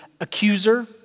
accuser